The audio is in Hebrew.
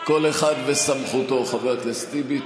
כל אחד וסמכותו, חבר הכנסת טיבי.